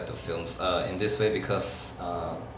to films err in this way because err